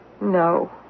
No